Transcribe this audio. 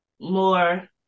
more